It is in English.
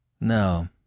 No